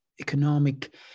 economic